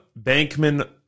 Bankman